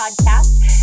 podcast